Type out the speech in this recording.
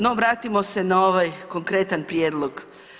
No vratimo se na ovaj konkretan prijedlog.